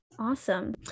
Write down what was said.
Awesome